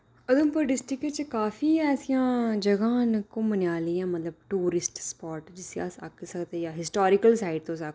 Udhampur district विच काफी ऐसियां जगहं न घुम्मने आह्लियां मतलब टूरिस्ट स्पाट जिसी अस आक्खी सकदे जां हिस्टोरिकल साइट तुस आक्खो